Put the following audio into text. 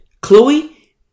Chloe